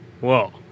Whoa